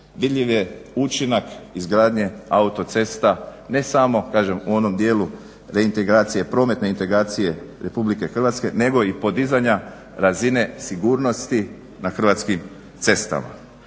vidljiv je učinak izgradnje autocesta ne samo u onom dijelu reintegracije, prometne integracije Republike Hrvatske nego i podizanja razine sigurnosti na hrvatskim cestama.